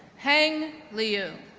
heng liu,